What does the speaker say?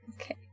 Okay